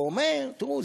הוא אומר: תראו,